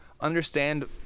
understand